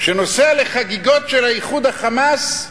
שנוסע לחגיגות של איחוד ה"חמאס"